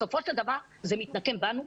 בסופו של דבר זה מתנקם בנו,